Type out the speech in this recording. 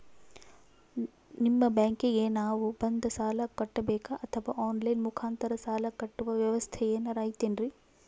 ನಿಮ್ಮ ಬ್ಯಾಂಕಿಗೆ ನಾವ ಬಂದು ಸಾಲ ಕಟ್ಟಬೇಕಾ ಅಥವಾ ಆನ್ ಲೈನ್ ಮುಖಾಂತರ ಸಾಲ ಕಟ್ಟುವ ವ್ಯೆವಸ್ಥೆ ಏನಾರ ಐತೇನ್ರಿ?